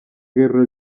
guerra